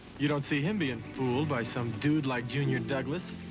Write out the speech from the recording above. you don't see him being fooled by some dude like junior douglas.